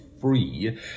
free